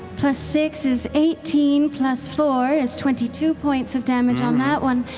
plus six is eighteen plus four is twenty two points of damage on that one.